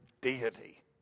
deity